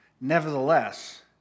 Nevertheless